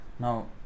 Now